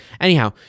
Anyhow